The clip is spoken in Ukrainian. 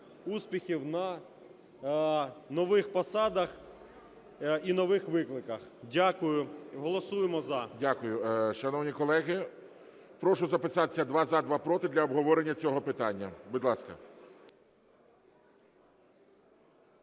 успіхів на нових посадах і нових викликах! Дякую. Голосуємо "за". ГОЛОВУЮЧИЙ. Дякую, шановні колеги. Прошу записатися: два – за, два – проти, для обговорення цього питання. Будь ласка.